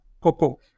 Coco